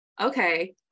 okay